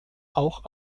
auch